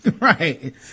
right